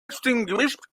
extinguished